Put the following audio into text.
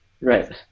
Right